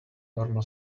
normal